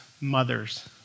mothers